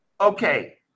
Okay